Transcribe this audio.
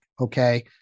okay